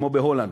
כמו בהולנד,